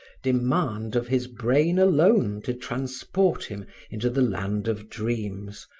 demand of his brain alone to transport him into the land of dreams,